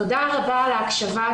תודה רבה על ההקשבה,